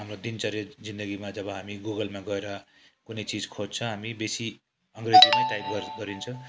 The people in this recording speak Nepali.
हाम्रो दिनचर्या जिन्दगीमा जब हामी गुगलमा गएर कुनै चिज खोज्छ हामी बेसी अङ्ग्रेजीमै टाइप गर गरिन्छ